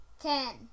Ten